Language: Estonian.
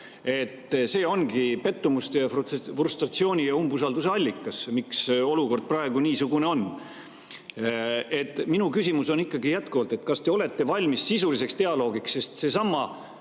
See ongi pettumuse, frustratsiooni ja umbusalduse allikas [ja põhjus], miks olukord praegu niisugune on. Minu küsimus on ikkagi jätkuvalt, et kas te olete valmis sisuliseks dialoogiks, sest see, mida